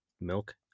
milk